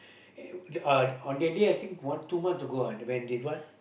and uh on that day I think one two months ago ah when this what